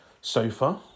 sofa